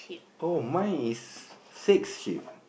oh mine is six sheep